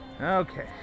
okay